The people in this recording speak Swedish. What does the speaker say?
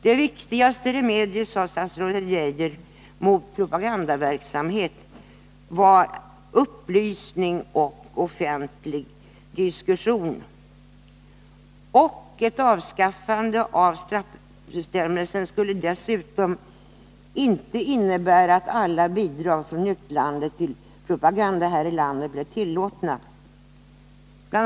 Det viktigaste remediet mot propagandaverksamhet, sade statsrådet Geijer vidare, var upplysning och offentlig diskussion. Ett avskaffande av straffbestämmelsen skulle dessutom inte innebära att alla bidrag från utlandet till propaganda här i landet blev tillåtna. Bl.